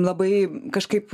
labai kažkaip